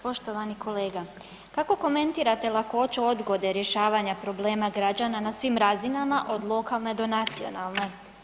Poštovani kolega, kako komentirate lakoću odgode rješavanja problema građana na svim razinama od lokalne do nacionalne.